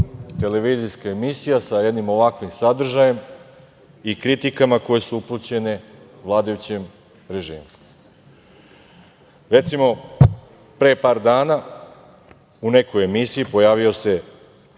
televizijska emisija sa jednim ovakvim sadržajem i kritikama koje su upućene vladajućem režimu? Recimo, pre par dana u nekoj emisiji pojavio se